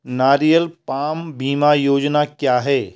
नारियल पाम बीमा योजना क्या है?